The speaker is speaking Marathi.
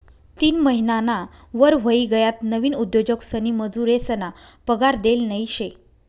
तीन महिनाना वर व्हयी गयात नवीन उद्योजकसनी मजुरेसना पगार देल नयी शे